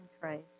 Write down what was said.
Christ